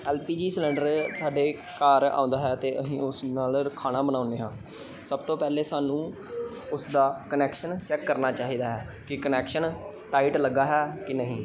L P G cylinder ਸਾਡੇ ਘਰ ਆਉਂਦਾ ਹੈ ਅਤੇ ਅਸੀਂ ਉਸ ਨਾਲ ਖਾਣਾ ਬਣਾਉਂਦੇ ਹਾਂ ਸਭ ਤੋਂ ਪਹਿਲੇ ਸਾਨੂੰ ਉਸ ਦਾ ਕਨੈਕਸ਼ਨ ਚੈੱਕ ਕਰਨਾ ਚਾਹੀਦਾ ਹੈ ਕਿ ਕਨੈਕਸ਼ਨ ਟਾਈਟ ਲੱਗਾ ਹੈ ਕਿ ਨਹੀਂ